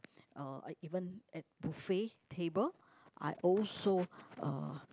uh even at buffet table I also uh